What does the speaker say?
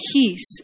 peace